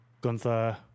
Gunther